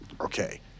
okay